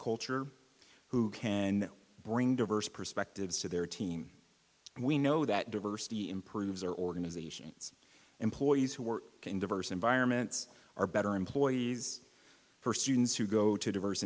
culture who can bring diverse perspectives to their team and we know that diversity improves our organizations employees who work in diverse environments are better employees for students who go to diverse